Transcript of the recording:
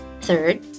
Third